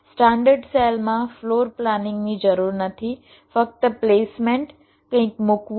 standard સેલમાં floor પ્લાનિંગની જરૂર નથી ફક્ત પ્લેસમેન્ટ કંઈક મૂકવું